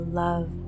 love